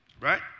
right